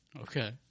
Okay